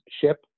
ship